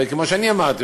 וכמו שאמרתי,